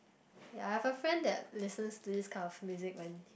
ya I have a friend that listens to this kind of music when